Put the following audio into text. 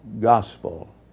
gospel